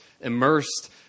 immersed